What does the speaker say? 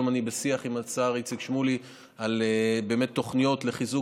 היום אני בשיח עם השר איציק שמולי על תוכניות לחיזוק